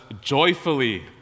joyfully